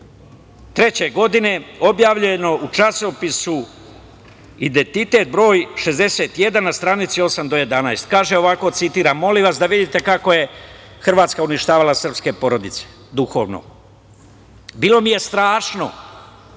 2003. godine, objavljeno u časopisu „Identitet“, broj 61 na stranici 8. do 11. kaže ovako, molim vas da vidite kako je Hrvatska uništavala srpske porodice duhovno. Bilo mi je strašno.